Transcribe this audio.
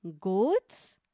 goats